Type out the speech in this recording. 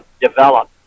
develop